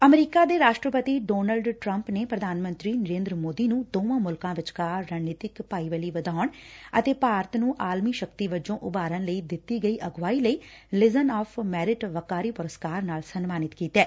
America ਦੇ ਰਾਸ਼ਟਰਪਤੀ Donald Trump ਨੇ ਪ੍ਰਧਾਨ ਮੰਤਰੀ ਨਰੇਦਰ ਸੋਦੀ ਨੰ ਦੋਵਾਂ ਮੁਲਕਾਂ ਵਿਚਕਾਰ ਰਣਨੀਤਿਕ ਭਾਈਵਾਲੀ ਵਧਾਉਣ ਅਤੇ ਭਾਰਤ ਨੂੰ ਆਲਮੀ ਸ਼ਕਤੀ ਵਜੋਂ ਉਭਾਰਨ ਲਈ ਦਿੱਤੀ ਗਈ ਅਗਵਾਈ ਲਈ ਲਿਜਨ ਆਵ ਮੈਰਿਟ ਵੱਕਾਰੀ ਪੁਰਸਕਾਰ ਨਾਲ ਸਨਮਾਨਿਤ ਕੀਤੈ